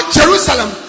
Jerusalem